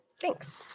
Thanks